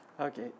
Okay